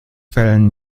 fällen